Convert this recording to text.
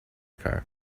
car